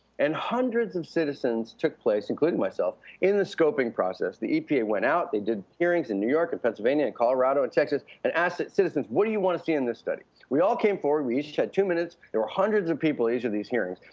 and hundreds of citizens took place, including myself, in the scoping process. the epa went out, they did hearings in new york and pennsylvania and colorado and texas, and asked citizens, what do you want to see in this study? we all came forward, we each had two minutes. there were hundreds of people at each of these hearings.